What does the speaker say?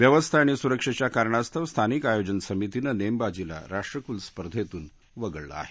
व्यवस्था आणि सुरक्षेच्या कारणास्तव स्थानिक आयोजन समितीनं नेमबाजीला राष्ट्रकूल स्पर्धेतून वगळलं आहे